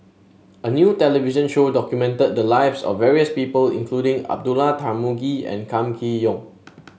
a new television show documented the lives of various people including Abdullah Tarmugi and Kam Kee Yong